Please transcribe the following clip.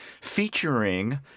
featuring